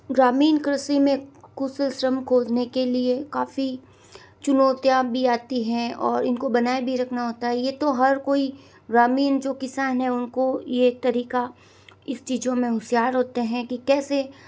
ग्रामीण कृषि में कुछ श्रम खोजने के लिए काफ़ी चुनौतियाँ भी आती हैं और इनको बनाए भी रखना होता है ये तो हर कोई ग्रामीण जो किसान हैं उनको ये तरीक़ा इस चीज़ों में होशियार होते हैं कि कैसे